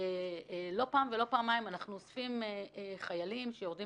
לא פעם ולא פעמיים אנחנו אוספים חיילים שיורדים